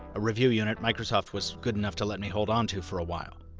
a review unit microsoft was good enough to let me hold onto for a while.